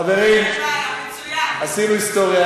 חברים, עשינו היסטוריה.